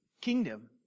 kingdom